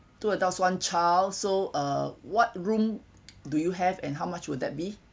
two adults one child so uh what room do you have and how much would that be